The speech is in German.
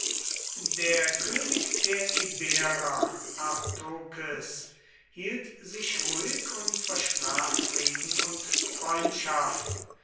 der könig der iberer artokes hielt sich ruhig und versprach frieden und freundschaft